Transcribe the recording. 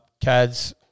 Cads